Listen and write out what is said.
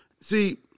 see